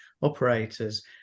operators